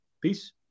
Peace